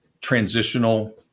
transitional